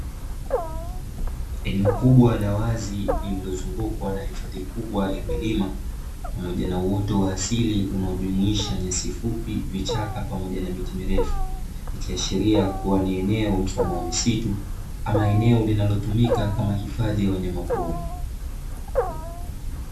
Eneo kubwa la wazi lililozungukwa na hifadhi kubwa ya milima, pamoja na uoto wa asili; unaojumuisha nyasi fupi, vichaka, pamoja na miti mirefu, ikiashiria kuwa ni eneo mfano wa misitu ama eneo linalotumika kama hifadhi ya wanyamapori.